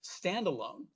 standalone